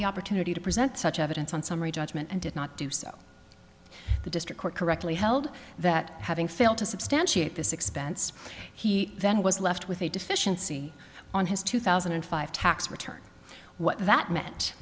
the opportunity to present such evidence on summary judgment and did not do so the district court correctly held that having failed to substantiate this expense he then was left with a deficiency on his two thousand and five tax return what that meant